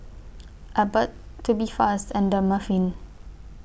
Abbott Tubifast and Dermaveen